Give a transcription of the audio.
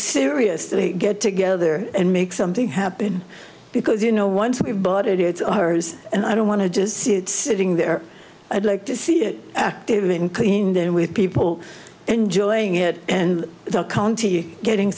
seriously get together and make something happen because you know once we've bought it it's ours and i don't want to just sitting there i'd like to see it active and clean then with people enjoying it and the county getting